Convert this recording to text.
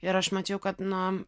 ir aš mačiau kad nu